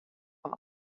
fan